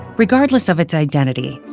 regardless of its identity,